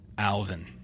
Alvin